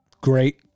Great